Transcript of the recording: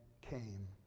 came